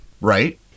Right